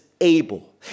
able